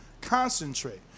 concentrate